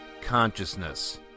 consciousness